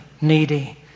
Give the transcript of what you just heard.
needy